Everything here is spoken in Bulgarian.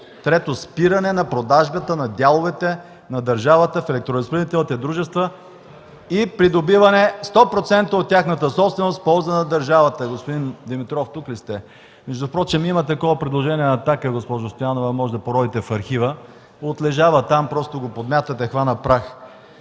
3. Спиране на продажбата на дяловете на държавата в електроразпределителните дружества и придобиване 100% от тяхната собственост в полза на държавата.” Господин Димитров, тук ли сте? Впрочем има такова предложение на „Атака”, госпожо Стоянова, може да поровите в архива. Отлежава там, просто го подмятате, хвана прах.